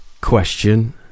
Question